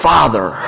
Father